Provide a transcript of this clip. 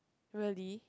really